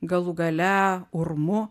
galų gale urmu